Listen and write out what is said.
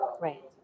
right